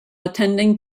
attending